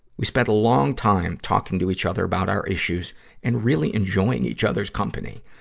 we spent a long time talking to each other about our issues and really enjoying each other's company.